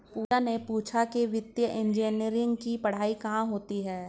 पूजा ने पूछा कि वित्तीय इंजीनियरिंग की पढ़ाई कहाँ होती है?